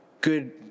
good